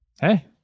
Hey